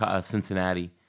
Cincinnati